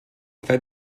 fet